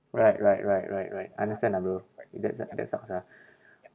right right right right right understand ah bro that sucks that sucks ah